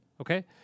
Okay